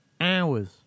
hours